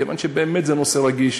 כיוון שזה באמת נושא רגיש.